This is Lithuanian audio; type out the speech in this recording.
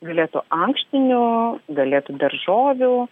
galėtų ankštinių galėtų daržovių